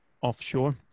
offshore